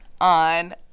on